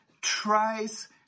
tries